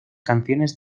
canciones